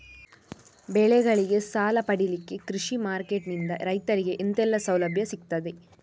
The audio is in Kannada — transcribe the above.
ಬೆಳೆಗಳಿಗೆ ಸಾಲ ಪಡಿಲಿಕ್ಕೆ ಕೃಷಿ ಮಾರ್ಕೆಟ್ ನಿಂದ ರೈತರಿಗೆ ಎಂತೆಲ್ಲ ಸೌಲಭ್ಯ ಸಿಗ್ತದ?